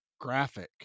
graphic